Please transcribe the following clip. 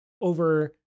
over